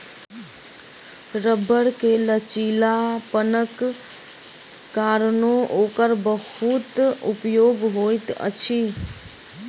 रबड़ के लचीलापनक कारणेँ ओकर बहुत उपयोग होइत अछि